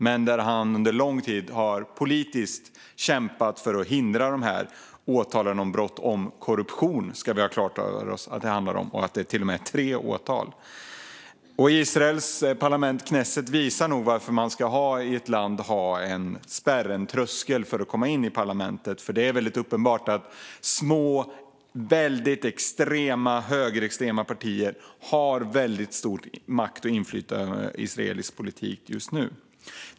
Han har dock under lång tid kämpat politiskt för att hindra dessa tre åtal som gäller korruption. Det ska vi ha klart för oss. Israels parlament knesset visar nog varför man i ett land ska ha en spärr, en tröskel, för att komma in i parlamentet. Det är ju väldigt uppenbart att små högerextrema partier har väldigt stor makt och stort inflytande över israelisk politik just nu.